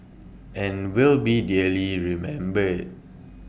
and will be dearly remembered